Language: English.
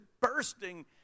bursting